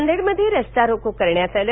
नांदेडमध्ये रस्ता रोको करण्यात आलं